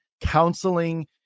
counseling